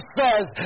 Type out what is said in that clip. says